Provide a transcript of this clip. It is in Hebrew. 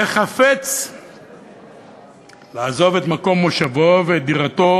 וחפץ לעזוב את מקום מושבו ואת דירתו